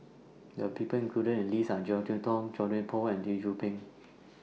The People included in The list Are Jek Yeun Thong Chua Thian Poh and Lee Tzu Pheng